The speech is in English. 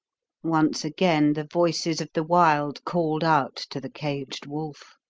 once again the voices of the wild called out to the caged wolf